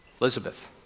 Elizabeth